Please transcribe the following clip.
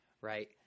right